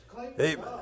Amen